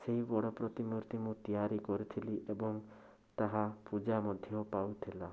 ସେଇ ବଡ଼ ପ୍ରତିମୂର୍ତ୍ତି ମୁଁ ତିଆରି କରିଥିଲି ଏବଂ ତାହା ପୂଜା ମଧ୍ୟ ପାଉଥିଲା